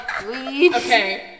Okay